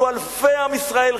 היו אלפי עם ישראל,